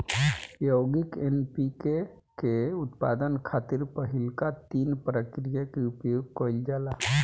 यौगिक एन.पी.के के उत्पादन खातिर पहिलका तीन प्रक्रिया के उपयोग कईल जाला